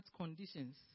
conditions